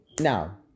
Now